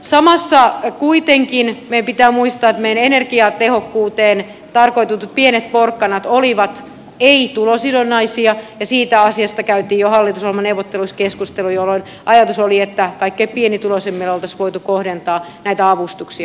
samassa kuitenkin meidän pitää muistaa että meidän energiatehokkuuteen tarkoitetut pienet porkkanat olivat ei tulosidonnaisia ja siitä asiasta käytiin jo hallitusohjelmaneuvotteluissa keskustelu jolloin ajatus oli että kaikkein pienituloisimmille olisi voitu kohdentaa näitä avustuksia